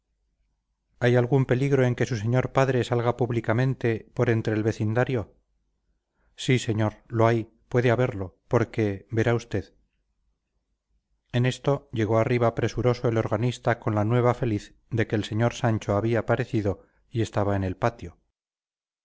hay algún peligro en que su señor padre salga públicamente por entre el vecindario sí señor lo hay puede haberlo porque verá usted en esto llegó arriba presuroso el organista con la nueva feliz de que el señor sancho había parecido y estaba en el patio